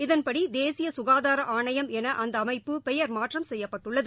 இதன்படி தேசிய ககாதார ஆணையம் என் அந்த அமைப்பட பெயர்மாற்றம் செய்யப்பட்டுள்ளது